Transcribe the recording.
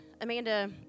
Amanda